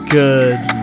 good